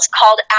called